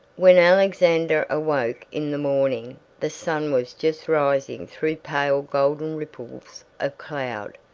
when alexander awoke in the morning, the sun was just rising through pale golden ripples of cloud,